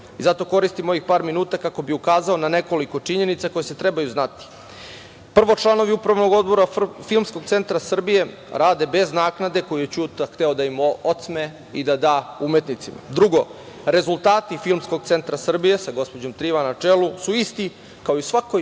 bili. Zato koristim ovih par minuta kako bih ukazao na nekoliko činjenica koje se trebaju znati. Prvo, članovi Upravnog odbora Filmskog centra Srbije rade bez naknade koju je Ćuta hteo da im otme i da da umetnicima. Drugo, rezultati Filmskog centra Srbije, sa gospođom Trivan na čelu, su isti kao i u svakoj